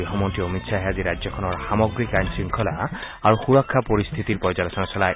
গৃহমন্ত্ৰী অমিত শ্বাহে আজি ৰাজ্যখনৰ সামগ্ৰিক আইন শংখলা আৰু সুৰক্ষা পৰিস্থিতিৰ পৰ্য্যালোচনা চলায়